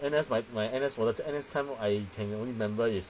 N_S my my N_S 我的 N_S time I can only remember is